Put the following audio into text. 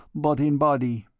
but in body.